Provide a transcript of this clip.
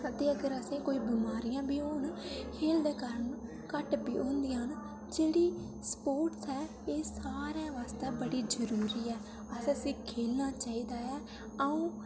ते अगर असें ई कोई बमारियां बी होन खेढ़ने दे कारण घट्ट होंदि्यां न जेह्ड़ी स्पोर्टस ऐ एह् सारें आस्तै बड़ी जरूरी ऐ असें इस्सी खेढना चाहिदा ऐ अ'ऊं